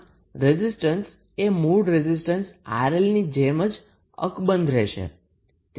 આમ રેઝિસ્ટન્સ એ મૂળ રેઝિસ્ટન્સ 𝑅𝐿ની જેમ જ અકબંધ રહેશે